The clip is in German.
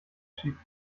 schiebt